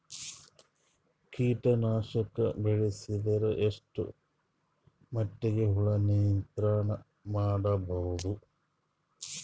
ಕೀಟನಾಶಕ ಬಳಸಿದರ ಎಷ್ಟ ಮಟ್ಟಿಗೆ ಹುಳ ನಿಯಂತ್ರಣ ಮಾಡಬಹುದು?